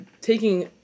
taking